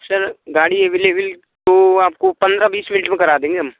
sir गाड़ी available तो आपको पंद्रह बीस मिनट में करा देंगे हम